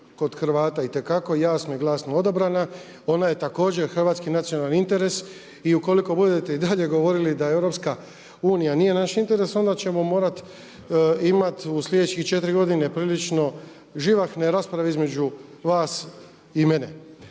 kod Hrvata itekako jasno i glasno odabrana, ona je također hrvatski nacionalni interes. I ukoliko budete i dalje govorili da Europska unija nije naš interes onda ćemo morati imati u sljedećih 4 godine prilično živahne rasprave između vas i mene.